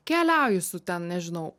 keliauju su ten nežinau